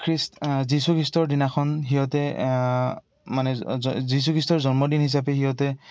যিশু খ্ৰীষ্টৰ দিনাখন সিহঁতে মানে যিশু খ্ৰীষ্টৰ জন্মদিন হিচাপে সিহঁতে